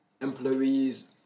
employees